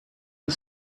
the